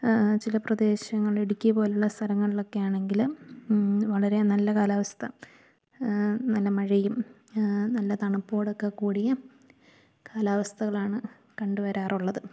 ചില പ്രദേശങ്ങള് ഇടുക്കി പോലുള്ള സ്ഥലങ്ങളിലൊക്കെയാണെങ്കില് വളരെ നല്ല കാലാവസ്ഥ നല്ല മഴയും നല്ല തണുപ്പോടൊക്കെ കൂടിയ കാലാവസ്ഥകളാണു കണ്ടുവരാറുള്ളത്